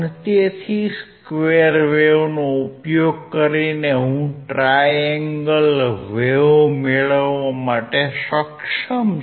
તેથી સ્કવેર વેવનો ઉપયોગ કરીને હું ટ્રાય એંગલ વેવ મેળવવા માટે સક્ષમ છું